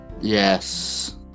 Yes